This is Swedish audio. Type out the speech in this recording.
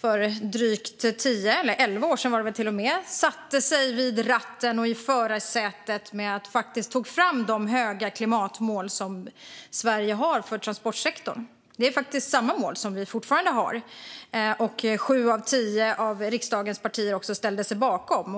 för drygt elva år sedan satte sig vid ratten i förarsätet och tog fram de höga klimatmål som Sverige har för transportsektorn. Det är faktiskt samma mål som vi fortfarande har och som sju av tio riksdagspartier ställt sig bakom.